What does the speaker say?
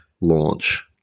launch